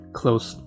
close